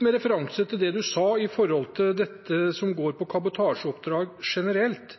Med referanse til det statsråden sa om det som går på kabotasjeoppdrag generelt,